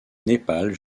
népal